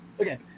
Okay